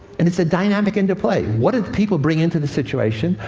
and it's a dynamic interplay. what do the people bring into the situation?